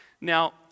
Now